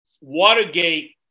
Watergate